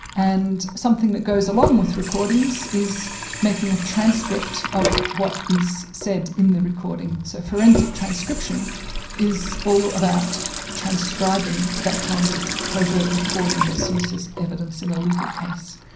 and something that goes along with recordings is making a transcript of what is said in the recording. so, forensic transcription is all about transcribing that kind of covert recording that's used as evidence in a legal case.